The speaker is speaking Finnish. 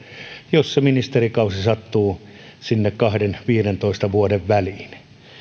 jos se ministerikausi sattuu sinne kahden viidentoista vuoden väliin